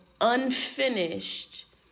unfinished